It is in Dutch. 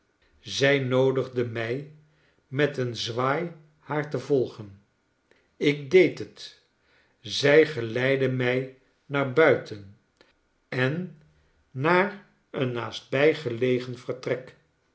zij noodigde mij met een zwaai haar te volgen ik deed het zij geleidde mij naar buiten en naar een naastbijgelegen vertrek